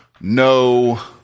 no